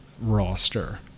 roster